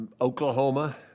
Oklahoma